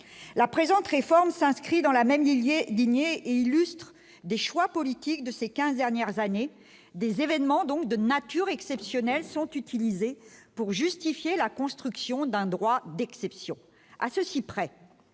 la présente réforme s'inscrit dans la même Villiers digne et illustrent des choix politiques de ces 15 dernières années, des événements, donc de nature exceptionnelle sont utilisés pour justifier la construction d'un droit d'exception, à ceci près